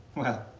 well,